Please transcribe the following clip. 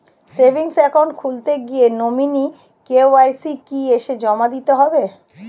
Savings account খুলতে গিয়ে nominee KYC কি এসে জমা দিতে হবে?